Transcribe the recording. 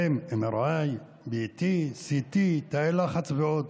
MRI, PET, CT, תאי לחץ ועוד.